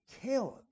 Caleb